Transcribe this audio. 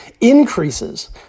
increases